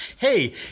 hey